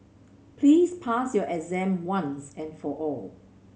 please pass your exam once and for all